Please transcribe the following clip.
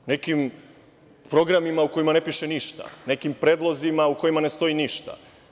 Nekim programima u kojima ne piše ništa, nekim predlozima u kojima ne stoji ništa.